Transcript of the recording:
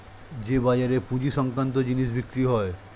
যে বাজারে পুঁজি সংক্রান্ত জিনিস বিক্রি হয়